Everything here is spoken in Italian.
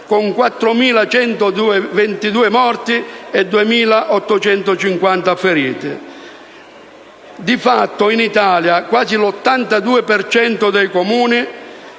con 4.122 morti e 2.850 feriti. Di fatto, in Italia, quasi l'82 per cento